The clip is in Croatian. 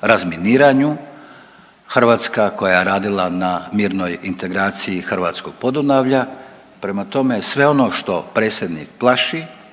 razminiranju, Hrvatska koja je radila na mirnoj integraciji hrvatskog Podunavlja, prema tome sve ono što predsjednik plaši